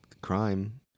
crime